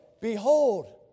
behold